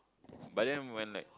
but then when like